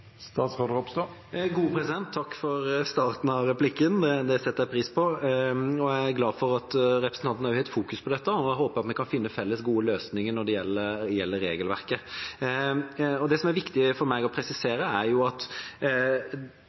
Takk for starten av replikken, det setter jeg pris på. Jeg er glad for at representanten også fokuserer på dette, og jeg håper at vi kan finne felles, gode løsninger når det gjelder regelverket. Det som er viktig for meg å presisere, er at